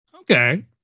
okay